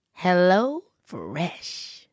HelloFresh